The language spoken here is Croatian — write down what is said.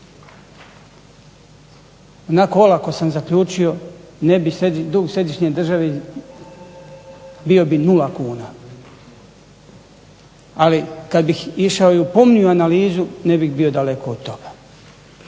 Onako olako sam zaključio ne bi dug središnje države, bio bi nula kuna. Ali kada bih išao i u pomniju analizu ne bi bio daleko od toga.